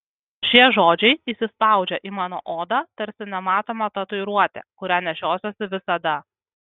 šie žodžiai įsispaudžia į mano odą tarsi nematoma tatuiruotė kurią nešiosiuosi visada